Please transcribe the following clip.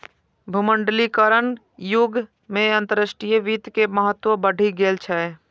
भूमंडलीकरणक युग मे अंतरराष्ट्रीय वित्त के महत्व बढ़ि गेल छै